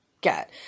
get